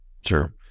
sure